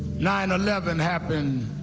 nine eleven happened,